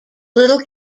little